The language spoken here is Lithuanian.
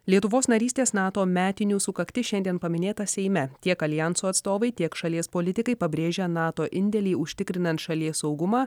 lietuvos narystės nato metinių sukaktis šiandien paminėta seime tiek aljanso atstovai tiek šalies politikai pabrėžia nato indėlį užtikrinant šalies saugumą